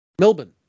Melbourne